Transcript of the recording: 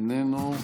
איננו,